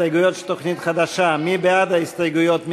מי בעד ההסתייגויות?